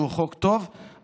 שהוא חוק טוב,